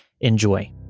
Enjoy